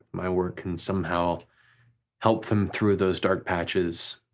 my work can somehow help them through those dark patches,